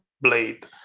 blade